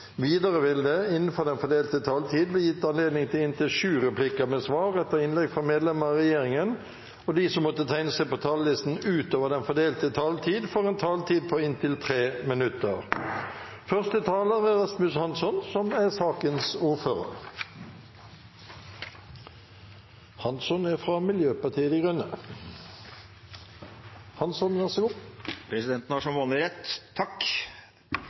Videre vil det – innenfor den fordelte taletid – bli gitt anledning til inntil sju replikker med svar etter innlegg fra medlemmer av regjeringen, og de som måtte tegne seg på talerlisten utover den fordelte taletid, får en taletid på inntil 3 minutter.